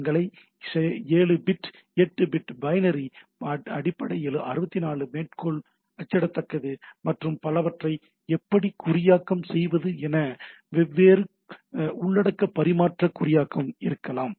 படங்களை 7 bit 8 bit binary அடிப்படை 64 மேற்கோள் அச்சிடத்தக்கது மற்றும் பலவற்றை எப்படி குறியாக்கம் செய்வது என வெவ்வேறு உள்ளடக்க பரிமாற்ற குறியாக்கம் இருக்கலாம்